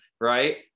right